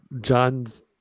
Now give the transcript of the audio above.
John's